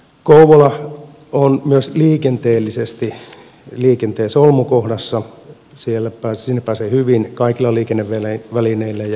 kouvola on myös liikenteellisesti solmukohdassa sinne pääsee hyvin kaikilla liikennevälineillä ja junalla